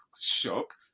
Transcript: shocked